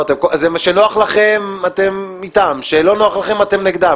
כשנוח לכם - אתם איתם, שלא נוח לכם אתם נגדם.